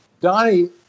Donnie